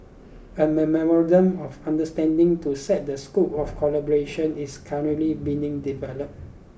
a memorandum of understanding to set the scope of collaboration is currently being developed